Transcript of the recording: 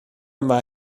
yma